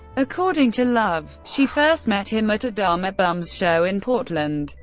according to love, she first met him at a dharma bums show in portland,